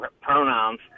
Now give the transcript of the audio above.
pronouns